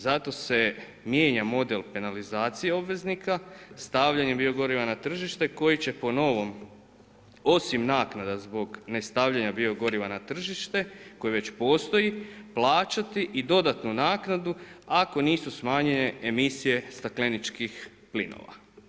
Zato se mijenja model penalizacije obveznika stavljanjem bio goriva na tržište koji će po novim osim naknada zbog ne stavljanja bio goriva na tržište koje već postoji plaćati i dodatnu naknadu ako nisu smanjene emisije stakleničkih plinova.